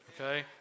Okay